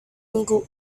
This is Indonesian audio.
minggu